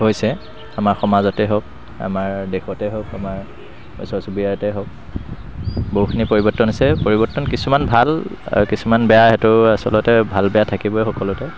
হৈছে আমাৰ সমাজতে হওক আমাৰ দেশতে হওক আমাৰ ওচৰ চুবুৰীয়াতে হওক বহুখিনি পৰিৱৰ্তন হৈছে পৰিৱৰ্তন কিছুমান ভাল আৰু কিছুমান বেয়া সেইটো আচলতে ভাল বেয়া থাকিবই সকলোতে